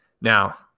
Now